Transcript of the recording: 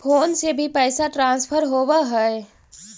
Phone से भी पैसा ट्रांसफर होवहै?